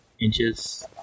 inches